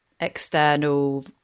external